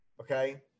Okay